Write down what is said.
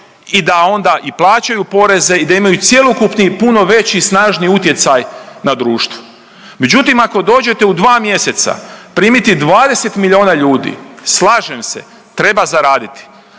i da onda i plaćaju poreze i da imaju cjelokupni puno veći i snažniji utjecaj na društvo. Međutim ako dođete u dva mjeseca primiti 20 milijuna ljudi, slažem se treba zaraditi,